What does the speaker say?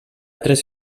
tres